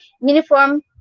uniform